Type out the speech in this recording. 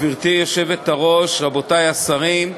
גברתי היושבת-ראש, רבותי השרים,